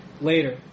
later